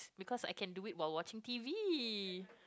because I can do it while watching T_V